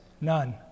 none